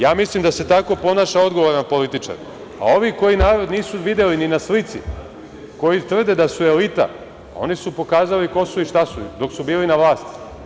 Ja mislim da se tako ponaša odgovoran političar, a ovi koji narod nisu videli ni na slici, koji tvrde da su elita, oni su pokazali ko su i šta su dok su bili na vlasti.